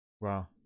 wow